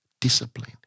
discipline